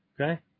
Okay